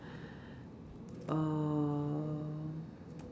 oh